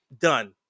done